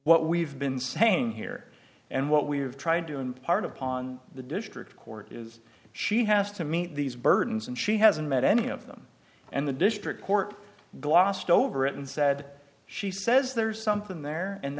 what we've been saying here and what we've tried to impart upon the district court is she has to meet these burdens and she hasn't met any of them and the district court glossed over it and said she says there's something there and